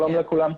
שלום לכולם.